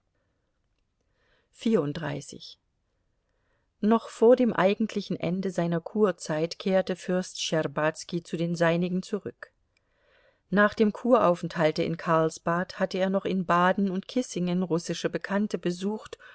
noch vor dem eigentlichen ende seiner kurzeit kehrte fürst schtscherbazki zu den seinigen zurück nach dem kuraufenthalte in karlsbad hatte er noch in baden und kissingen russische bekannte besucht